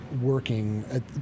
working